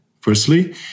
Firstly